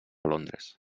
londres